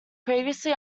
previously